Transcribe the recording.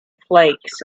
flakes